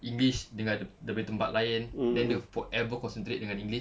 english dengan dari tempat lain then dia forever concentrate dengan english